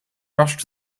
rushed